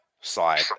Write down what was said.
side